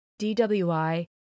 DWI